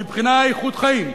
מבחינה איכות חיים,